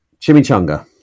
Chimichanga